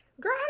Girl